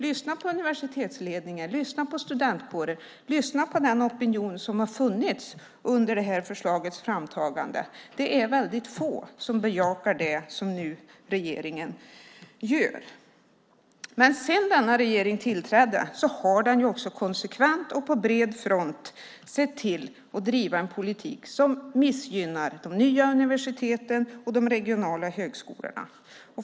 Lyssna på universitetsledningar och studentkårer och den opinion som har funnits under framtagandet av det här förslaget. Det är väldigt få som bejakar det som regeringen nu gör. Sedan denna regering tillträdde har den konsekvent och på bred front sett till att driva en politik som missgynnar de nya universiteten och de regionala högskolorna.